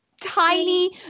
Tiny